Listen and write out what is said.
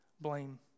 blame